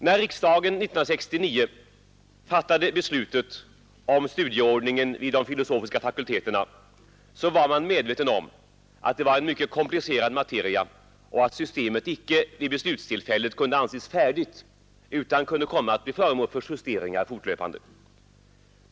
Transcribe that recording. När riksdagen 1969 fattade beslutet om studieordning vid de filosofiska fakulteterna var man medveten om att det var en mycket komplicerad materia och att systemet icke vid beslutstillfället kunde anses färdigt utan fortlöpande kunde komma att bli föremål för justeringar.